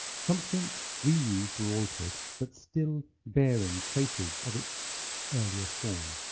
something reused or altered but still bearing traces of its earlier form.